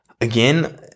Again